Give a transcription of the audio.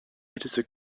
älteste